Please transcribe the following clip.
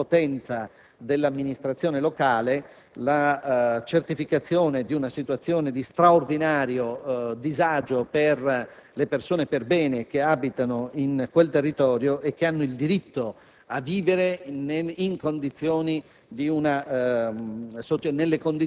la certificazione di un'impotenza dell'amministrazione locale, la certificazione di una situazione di straordinario disagio per le persone per bene che abitano in quel territorio e che hanno il diritto di vivere nelle condizioni